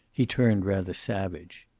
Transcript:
he turned rather savage.